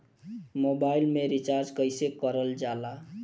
Mobile में recharge कइसे करल जाला?